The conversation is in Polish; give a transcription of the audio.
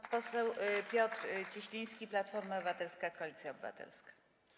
Pan poseł Piotr Cieśliński, Platforma Obywatelska - Koalicja Obywatelska.